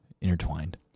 intertwined